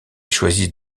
choisissent